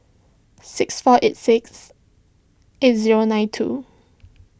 six four eight six eight zero nine two